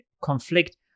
conflict